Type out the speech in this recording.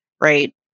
right